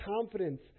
confidence